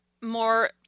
more